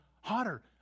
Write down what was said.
hotter